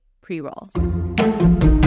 pre-roll